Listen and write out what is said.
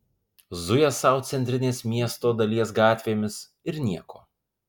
zuja sau centrinės miesto dalies gatvėmis ir nieko